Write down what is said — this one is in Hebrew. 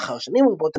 לאחר שנים רבות,